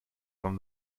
from